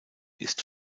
ist